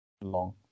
Long